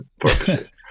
purposes